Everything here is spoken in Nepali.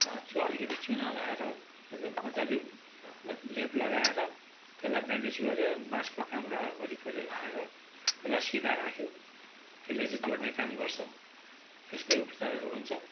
चु अलिकति चुना लगाएर एकदम मजाले लेप लगाएर त्यसलाई ब्यान्डेज गर्यो बाँसको काम्रा वरिपरि लगाएर त्यसलाई सिधा राख्यो त्यसले चाहिँ जोड्ने काम गर्छ त्यस्तै उपचारहरू हुन्छ